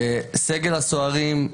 וסגל הסוהרים,